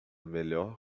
melhor